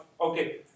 okay